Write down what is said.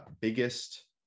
biggest